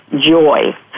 joy